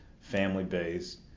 family-based